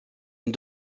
une